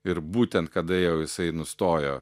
ir būtent kada jau jisai nustojo